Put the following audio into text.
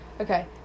Okay